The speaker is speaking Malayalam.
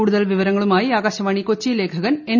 കൂടുതൽ വിവരങ്ങളുമായി ആകാശവാണി കൊച്ചി ലേഖകൻ എൻ